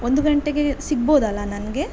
ಒಂದು ಗಂಟೆಗೆ ಸಿಗ್ಬೌದಲ್ಲ ನನಗೆ